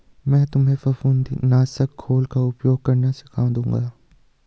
मैं तुम्हें फफूंद नाशक घोल का उपयोग करना सिखा दूंगा